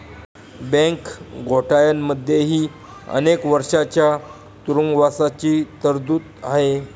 bank घोटाळ्यांमध्येही अनेक वर्षांच्या तुरुंगवासाची तरतूद आहे